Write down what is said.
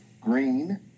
green